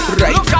right